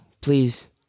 please